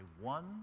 one